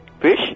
Fish